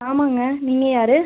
ஆமாங்க நீங்கள் யாரு